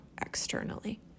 externally